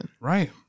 right